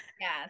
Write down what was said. yes